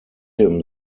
him